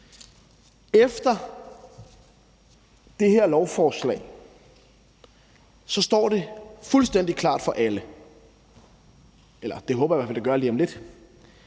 Efter det her lovforslag står det fuldstændig klart for alle – det håber jeg i hvert fald at det gør lige om lidt